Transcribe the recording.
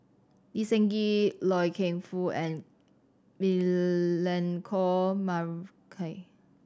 Lee Seng Gee Loy Keng Foo and Milenko Prvacki